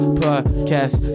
podcast